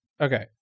Okay